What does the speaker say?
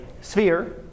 sphere